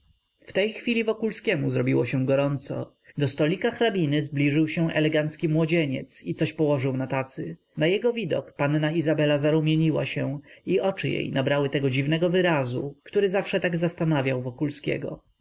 w tej chwili wokulskiemu zrobiło się gorąco do stolika hrabiny zbliżył się elegancki młodzieniec i coś położył na tacy na jego widok panna izabela zarumieniła się i oczy jej nabrały tego dziwnego wyrazu który zawsze tak zastanawiał wokulskiego